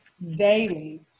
daily